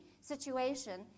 situation